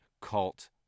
cult